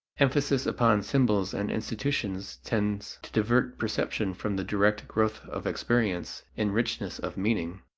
emphasis upon symbols and institutions tends to divert perception from the direct growth of experience in richness of meaning.